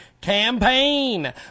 campaign